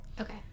Okay